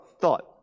thought